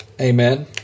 Amen